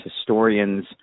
historians